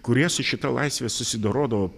kurie su šita laisve susidorodavo